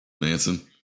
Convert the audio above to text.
Manson